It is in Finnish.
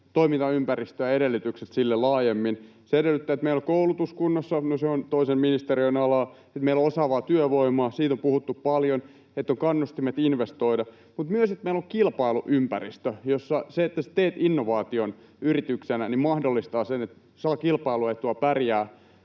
toimintaympäristö ja edellytykset laajemmin. Se edellyttää, että meillä on koulutus kunnossa — no, se on toisen ministeriön alaa — että meillä on osaavaa työvoimaa — siitä on puhuttu paljon — että on kannustimet investoida, mutta myös, että meillä on kilpailuympäristö, jossa se, että sinä teet innovaation yrityksenä, mahdollistaa sen, että saa kilpailu-etua, pärjää,